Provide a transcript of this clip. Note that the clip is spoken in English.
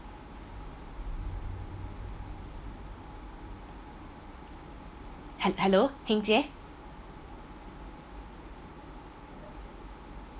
hel~ hello